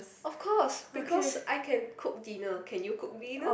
of course because I can cook dinner can you cook dinner